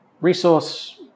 resource